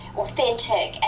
authentic